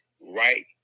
right